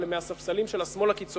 אבל הם מהספסלים של השמאל הקיצוני,